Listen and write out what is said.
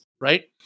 right